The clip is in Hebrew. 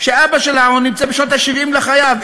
שאבא שלה בשנות ה-70 לחייו,